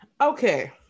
okay